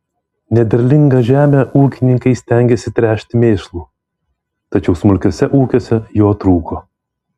nederlingą žemę ūkininkai stengėsi tręšti mėšlu tačiau smulkiuose ūkiuose jo trūko